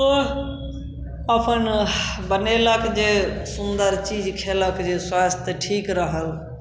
आओर अपन बनयलक जे सुन्दर चीज खयलक जे स्वास्थ्य ठीक रहल